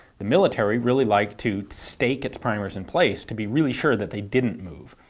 the military really liked to stake its primers in place to be really sure that they didn't move,